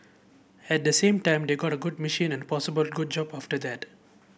at the same time they got a good machine and possibly a good job after that